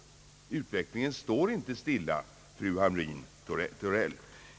Utvecklingen står inte ens nu stilla, fru Hamrin-Thorell.